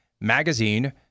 MAGAZINE